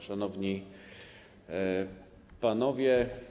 Szanowni Panowie!